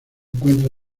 encuentra